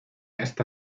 esta